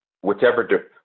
whichever